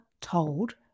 told